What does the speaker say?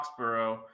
Foxborough